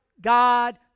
God